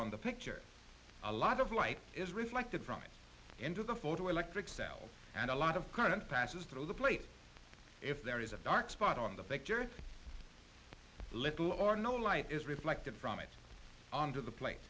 on the picture a lot of light is reflected from it into the photo electric cell and a lot of current passes through the plate if there is a dark spot on the pictures little or no light is reflected from it on to the pla